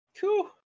Cool